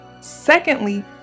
Secondly